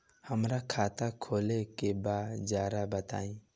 हमरा खाता खोले के बा जरा बताई